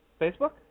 Facebook